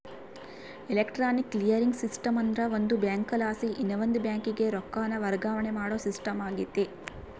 electronic clearing system ಅಂದ್ರ ಒಂದು ಬ್ಯಾಂಕಲಾಸಿ ಇನವಂದ್ ಬ್ಯಾಂಕಿಗೆ ರೊಕ್ಕಾನ ವರ್ಗಾವಣೆ ಮಾಡೋ ಸಿಸ್ಟಮ್ ಆಗೆತೆ